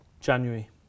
January